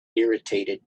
irritated